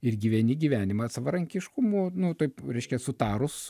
ir gyveni gyvenimą savarankiškumu nu taip reiškia sutarus